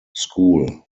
school